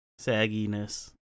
sagginess